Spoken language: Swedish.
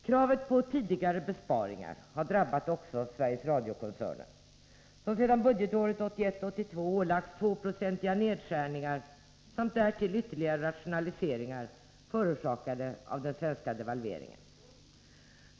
Kravet på tidigare besparingar har drabbat också Sveriges Radio-koncernen, som sedan budgetåret 1981/82 ålagts tvåprocentiga nedskärningar samt därtill ytterligare rationaliseringar förorsakade av den svenska devalveringen.